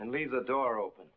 and leaves the door open